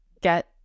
get